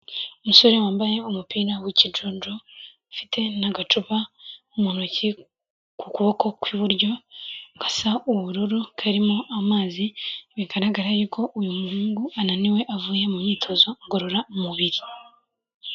Umusore wambaye umupira w'ikijuju, ufite n'agacupa mu ntoki ku kuboko kw'iburyo gasa ubururu, karimo amazi, bigaragara yuko uyu muhungu ananiwe, avuye mu myitozo ngororamubiri.